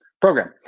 program